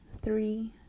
Three